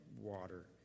water